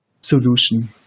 solution